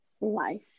life